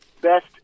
best